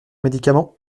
médicament